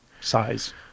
size